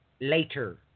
later